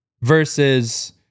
versus